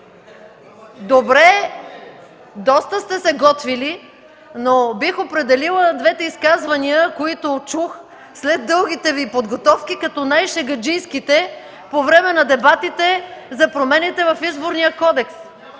Добре, доста сте се готвили, но бих определила двете изказвания, които чух, след дългите Ви подготовки, като най шегаджийските по време на дебатите за промените в Изборния кодекс.